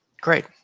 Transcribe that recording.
great